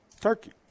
Turkey